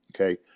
Okay